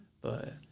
But-